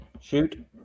Shoot